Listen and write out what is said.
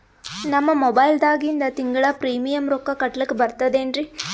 ನಮ್ಮ ಮೊಬೈಲದಾಗಿಂದ ತಿಂಗಳ ಪ್ರೀಮಿಯಂ ರೊಕ್ಕ ಕಟ್ಲಕ್ಕ ಬರ್ತದೇನ್ರಿ?